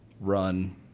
run